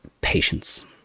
patience